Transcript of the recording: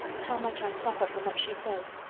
how much i suffer from what she says.